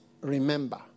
remember